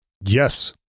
Yes